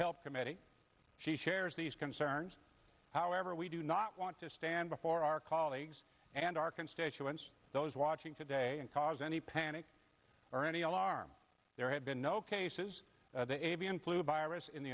health committee she shares these concerns however we do not want to stand before our colleagues and our constituents those watching today and cause any panic or any alarm there have been no cases the avian flu virus in the